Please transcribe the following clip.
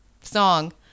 song